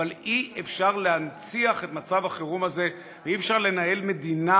אבל אי-אפשר להנציח את מצב החירום הזה ואי-אפשר לנהל מדינה,